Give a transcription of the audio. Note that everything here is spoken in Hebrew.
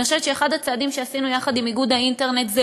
אני חושבת שאחד הצעדים שעשינו יחד עם איגוד האינטרנט זה